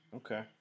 okay